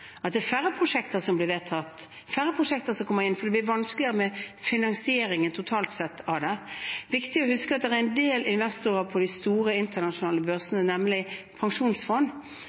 at det er færre prosjekter som blir vedtatt, at det er færre prosjekter som kommer inn, fordi finansieringen av det totalt sett blir vanskeligere. Det er viktig å huske at det er en del investorer på de store internasjonale børsene, nemlig pensjonsfond,